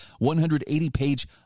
180-page